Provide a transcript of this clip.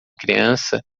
criança